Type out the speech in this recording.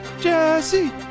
Jesse